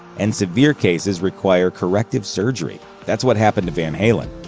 and severe cases require corrective surgery. that's what happened to van halen.